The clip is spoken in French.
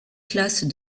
classes